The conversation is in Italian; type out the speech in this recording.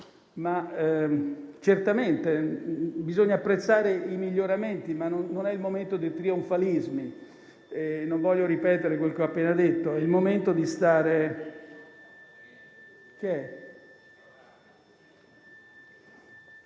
Certamente: bisogna apprezzare i miglioramenti, ma non è il momento dei trionfalismi. Non voglio ripetere quello che ho appena detto. È il momento di stare...